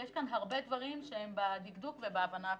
יש כאן הרבה דברים שהם בדקדוק ובהבנה הפנימית.